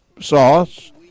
sauce